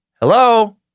hello